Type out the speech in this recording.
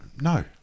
no